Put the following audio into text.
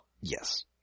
Yes